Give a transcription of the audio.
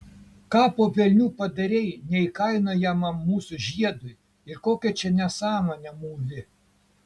ką po velnių padarei neįkainojamam mūsų žiedui ir kokią čia nesąmonę mūvi